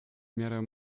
miarę